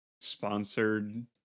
sponsored